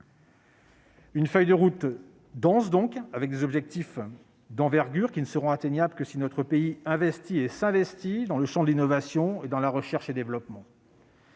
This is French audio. d'une feuille de route dense, avec des objectifs d'envergure qui ne seront atteignables que si notre pays investit et s'investit dans le champ de l'innovation et dans la recherche et développement.